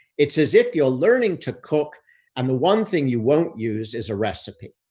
it's as if you're learning to cook and the one thing you won't use as a recipe.